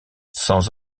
sans